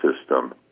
system